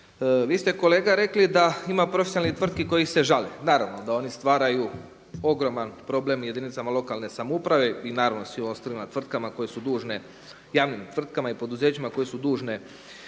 Vi ste kolega rekli da ima profesionalnih tvrtki koji se žale, naravno da oni stvaraju ogroman problem jedinicama lokalne samouprave i naravno svim ostalim tvrtkama koje su dužne javnim tvrtkama i poduzećima koje su dužne